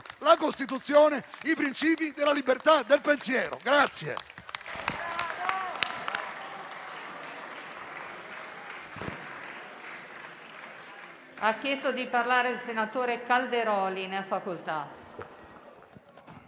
la Costituzione, i principi della libertà del pensiero